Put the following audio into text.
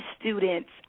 students –